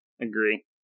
agree